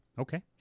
Okay